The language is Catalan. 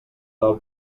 del